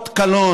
אות קלון,